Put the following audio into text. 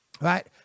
right